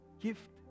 gift